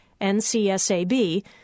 NCSAB